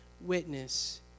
witness